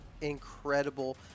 incredible